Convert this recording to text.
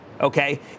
okay